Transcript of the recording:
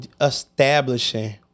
establishing